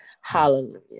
hallelujah